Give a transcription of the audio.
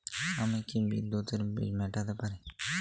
আমি কি বিদ্যুতের বিল মেটাতে পারি?